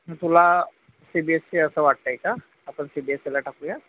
मग तुला C B S E असं वाटत आहे का आपण सी बी एस ईला टाकूया